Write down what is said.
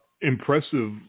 impressive